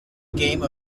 game